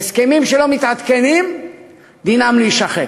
הסכמים שלא מתעדכנים דינם להישחק.